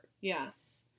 Yes